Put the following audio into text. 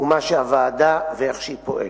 לוועדה ואיך שהיא פועלת.